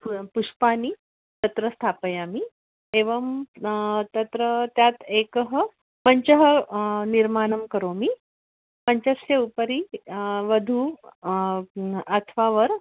फु पुष्पाणि तत्र स्थापयामि एवं तत्र तात् एकः मञ्चः निर्माणं करोमि मञ्चस्य उपरि वधू अथवा वरः